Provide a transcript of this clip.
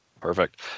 Perfect